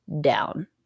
down